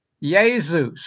Jesus